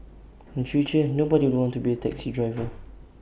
in future nobody will want to be A taxi driver